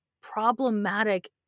problematic